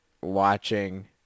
watching